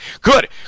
Good